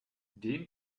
den